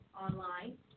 online